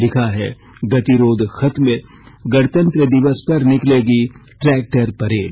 लिखा है गतिरोध खत्म गणतंत्र दिवस पर निकलेगी ट्रैक्टर परेड